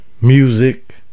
Music